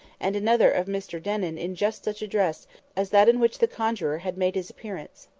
and another of mr denon in just such a dress as that in which the conjuror had made his appearance,